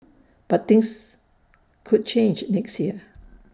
but things could change next year